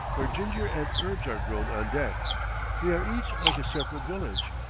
where ginger and herbs are grown on deck they are each like a separate village,